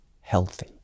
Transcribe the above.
healthy